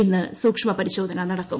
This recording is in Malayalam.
ഇന്ന് സൂക്ഷ്മ പരിശോധന നടക്കും